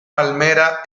palmera